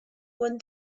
when